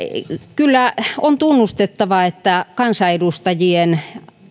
kyllä tunnustettava että kansanedustajien